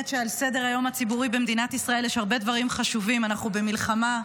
אנחנו במלחמה,